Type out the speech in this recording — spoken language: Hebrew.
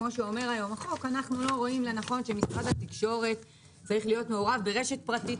שמשרד התקשורת יהיה מעורב.